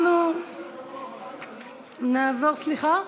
אנחנו נעבור, סליחה?